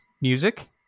music